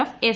F S